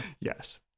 Yes